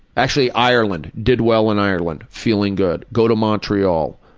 actually ireland. did well in ireland. feeling good. go to montreal.